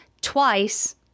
Twice